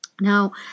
Now